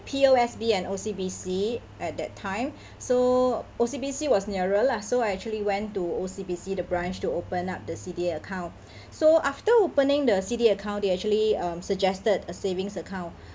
P_O_S_B and O_C_B_C at that time so O_C_B_C was nearer lah so I actually went to O_C_B_C the branch to open up the C_D_A account so after opening the C_D_A account they actually um suggested a savings account